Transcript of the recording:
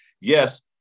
yes